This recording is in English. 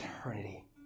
eternity